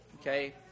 okay